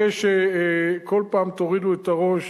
זה שכל פעם תורידו את הראש